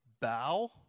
bow